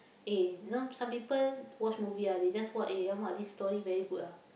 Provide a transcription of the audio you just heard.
eh you know some people watch movie ah they just what eh this story very good ah